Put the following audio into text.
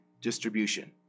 distribution